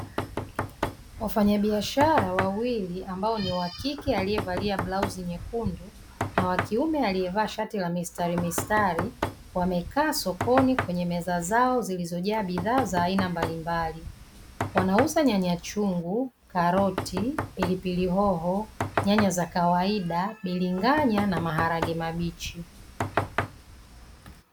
Wafanyabiashara wawili ambao ni wa kike aliyevalia blauzi nyekundu na wa kiume aliyevaa shati la mistarimistari, wamekaa sokoni kwenye meza zao zilizojaa bidhaa za aina mbalimbali. Wanauza nyanya chungu, karoti, pilipili, hoho, nyanya za kawaida, bilinganya na maharage mabichi.